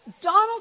Donald